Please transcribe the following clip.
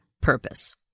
purpose